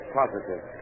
positive